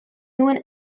nuen